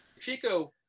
Chico